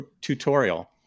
tutorial